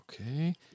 Okay